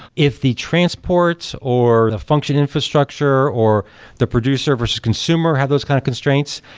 if the transport, or the function infrastructure, or the producer versus consumer have those kind of constraints,